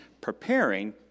preparing